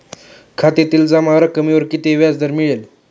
खात्यातील जमा रकमेवर किती व्याजदर मिळेल?